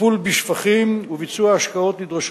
טיפול בשפכים וביצוע השקעות נדרשות